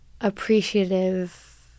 appreciative